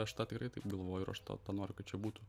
aš tą tikrai taip galvoju ir aš tą tą noriu kad čia būtų